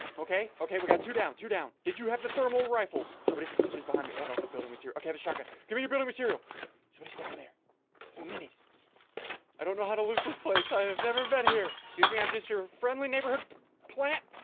ok we we got two down two down, did you have the thermal rifle somebody somebody's behind you? i don't hit building with you ok, the shotgun. give me a brother material. so he's down there mini's i don't know how to look this place. i've never been here. excuse me. i'm just your friendly neighborhood plant